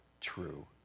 true